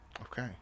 Okay